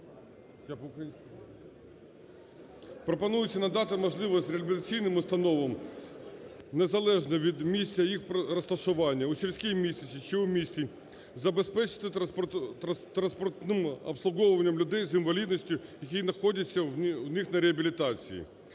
пропонується надати можливість реабілітаційним установам незалежно від місця їх розташування, у сільській місцевості чи у місті, забезпечити транспортним обслуговуванням людей з інвалідністю, які знаходяться у них на реабілітації.